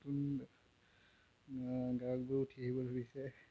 নতুন গায়কবোৰ উঠি আহিব ধৰিছে